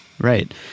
Right